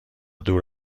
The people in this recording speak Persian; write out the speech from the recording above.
دور